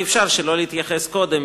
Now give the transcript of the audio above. אי-אפשר שלא להתייחס קודם,